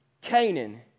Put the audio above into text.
Canaan